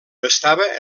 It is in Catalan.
estava